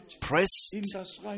pressed